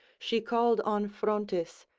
she called on phrontis,